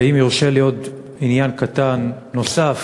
ואם יורשה לי עוד עניין קטן נוסף.